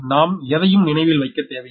நாம் எதையும் நினைவில் வைக்க தேவையில்லை